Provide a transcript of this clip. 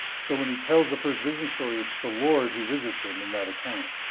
so when he tells the first vision story, it's the lord who visits him in that account.